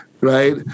Right